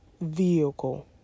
vehicle